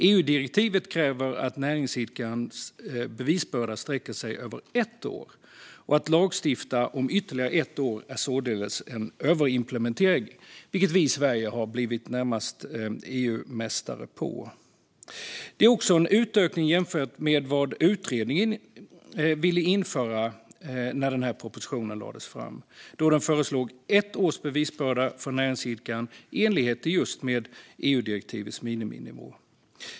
EU-direktivet kräver att näringsidkarens bevisbörda stäcker sig över ett år, och att lagstifta om ytterligare ett år är således en överimplementering, vilket vi i Sverige har blivit närmast EU-mästare på. Det är också en utökning jämfört med vad utredningen ville införa när propositionen lades fram, då den föreslog ett års bevisbörda för näringsidkaren i enlighet med EU-direktivets miniminivå.